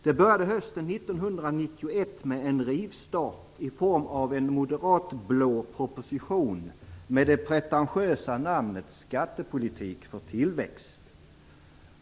Det började hösten 1991 med en rivstart i form av en moderatblå proposition med det pretentiösa namnet Skattepolitik för tillväxt.